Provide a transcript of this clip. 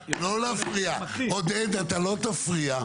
- עודד, אתה לא תפריע.